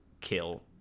Kill